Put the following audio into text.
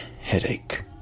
headache